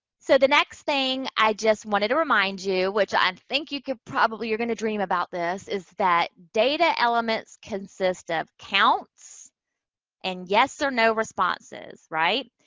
so, the next thing i just wanted to remind you, which i think you could probably, you're going to dream about this, is that data elements consist of counts and yes or no responses, right?